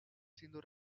siendo